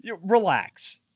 relax